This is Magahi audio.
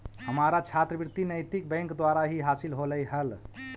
हमारा छात्रवृति नैतिक बैंक द्वारा ही हासिल होलई हल